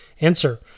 Answer